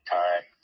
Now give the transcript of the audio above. time